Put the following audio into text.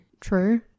True